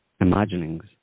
imaginings